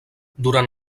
durant